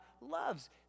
loves